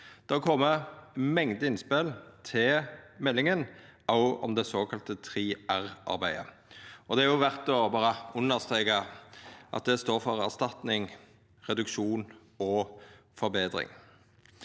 har kome ei mengde innspel til meldinga, òg om det såkalla 3R-arbeidet. Det er verdt å understreka at det står for erstatning, reduksjon og forbetring.